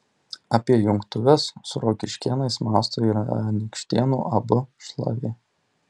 apie jungtuves su rokiškėnais mąsto ir anykštėnų ab šlavė